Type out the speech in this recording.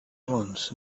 once